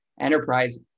enterprise